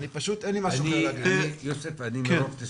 אני, פשוט, אין לי משהו אחר להגיד.